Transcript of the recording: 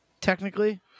technically